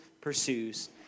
pursues